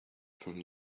from